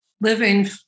living